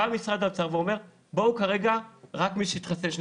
משרד האוצר בא ואומר: כרגע רק מי שהתחסן,